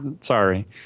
sorry